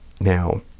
Now